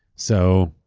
so,